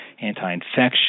anti-infection